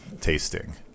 tasting